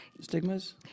stigmas